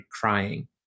crying